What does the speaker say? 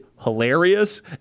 hilarious